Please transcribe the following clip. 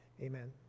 amen